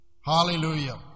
Hallelujah